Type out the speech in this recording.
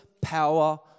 power